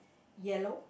yellow